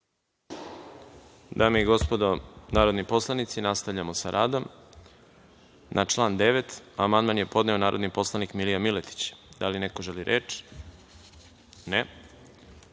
Dame i gospodo narodni poslanici, nastavljamo sa radom. Na član 9. amandman je podneo narodni poslanik Milija Miletić. Da li neko želi reč?